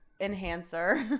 enhancer